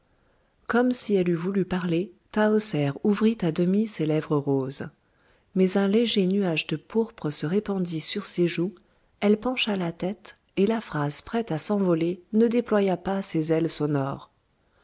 comme si elle eût voulu parler tahoser ouvrit à demi ses lèvres roses mais un léger nuage de pourpre se répandit sur ses joues elle pencha la tête et la phrase prête à s'envoler ne déploya pas ses ailes sonores